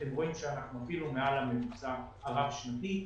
ואתם רואים אנחנו אפילו מעל הממוצע הרב שנתי.